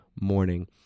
morning